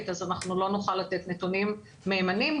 אנחנו לא נוכל לתת נתונים מהימנים.